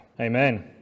Amen